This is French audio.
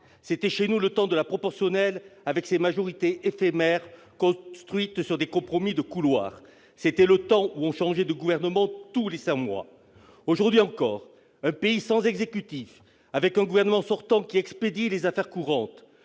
C'était chez nous le temps de la proportionnelle avec ses majorités éphémères, construites sur des compromis de couloir. C'était le temps où l'on changeait de gouvernement tous les cinq mois. Aujourd'hui encore, il y a des pays sans exécutif, avec un gouvernement sortant qui expédie les affaires courantes.